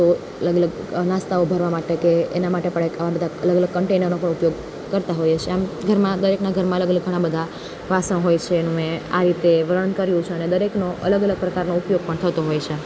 તો અલગ અલગ નાસ્તાઓ ભરવા માટે કે એના માટે પણ એ ઘણા બધા અલગ અલગ કન્ટેનરનો ઉપયોગ કરતા હોઈએ છે આમ ઘરમાં દરેકના ઘરમાં અલગ અલગ ઘણા બધા વાસણ હોય છે એનું મેં આ રીતે વર્ણન કર્યું છે અને દરેકનો અલગ અલગ પ્રકારનો ઉપયોગ પણ થતો હોય છે